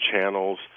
channels